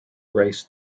race